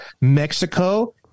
Mexico